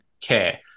care